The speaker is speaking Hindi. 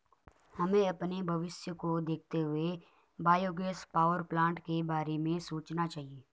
हमें अपने भविष्य को देखते हुए बायोगैस पावरप्लांट के बारे में सोचना चाहिए